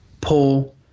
pull